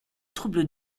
troubles